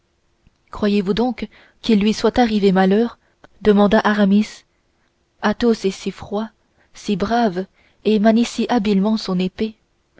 croyez-vous donc qu'il lui soit arrivé malheur demanda aramis athos est si froid si brave et manie si habilement son épée